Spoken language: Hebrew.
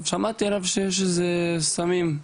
שמעתי שיש סמים,